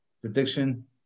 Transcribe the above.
prediction